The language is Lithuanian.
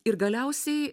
ir galiausiai